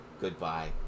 Goodbye